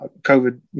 COVID